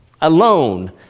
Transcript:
alone